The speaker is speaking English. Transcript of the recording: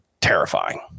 terrifying